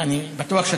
אני יודע את התשובה.